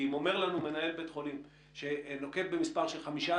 כי אומר לנו מנהל בית חולים שנוקב במספר של 15%,